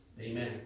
Amen